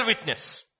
witness